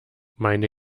meine